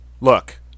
Look